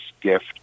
gift